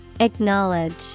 Acknowledge